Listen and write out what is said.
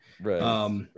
right